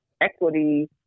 equity